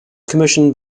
commissioned